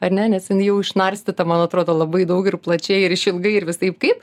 ar ne nes jinai jau išnarstyta man atrodo labai daug ir plačiai ir išilgai ir visaip kaip